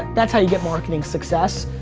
that's how you get marketing success.